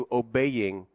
obeying